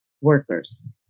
workers